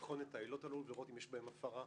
לבחון את העילות האלה ולראות אם יש בהן הפרה.